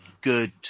good